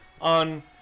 on